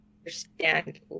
understand